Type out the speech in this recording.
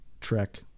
Trek